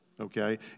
Okay